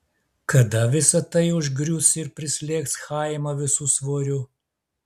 kada visa tai užgrius ir prislėgs chaimą visu svoriu